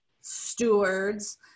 stewards